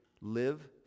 live